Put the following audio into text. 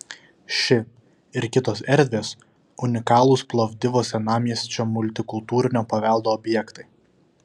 ši ir kitos erdvės unikalūs plovdivo senamiesčio multikultūrinio paveldo objektai